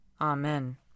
Amen